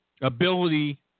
Ability